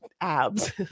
abs